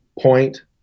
point